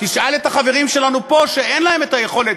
תשאל את החברים שלנו פה שאין להם היכולת.